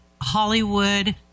Hollywood